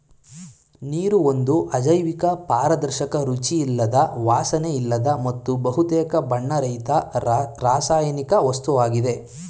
ನೀರು ಒಂದು ಅಜೈವಿಕ ಪಾರದರ್ಶಕ ರುಚಿಯಿಲ್ಲದ ವಾಸನೆಯಿಲ್ಲದ ಮತ್ತು ಬಹುತೇಕ ಬಣ್ಣರಹಿತ ರಾಸಾಯನಿಕ ವಸ್ತುವಾಗಿದೆ